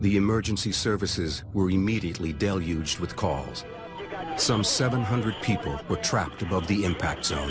the emergency services were immediately deluged with calls some seven hundred people were trapped above the impact so